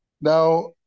Now